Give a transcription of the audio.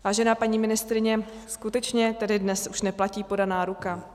Vážená paní ministryně, skutečně tedy dnes už neplatí podaná ruka?